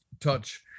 touch